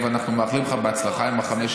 ואנחנו מאחלים לך בהצלחה עם החמש,